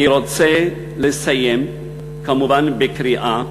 אני רוצה לסיים כמובן בקריאה,